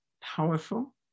powerful